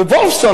ב"וולפסון",